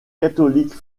catholique